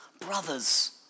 Brothers